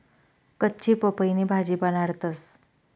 कच्ची पपईनी भाजी बनाडतंस